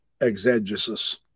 exegesis